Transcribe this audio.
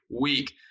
week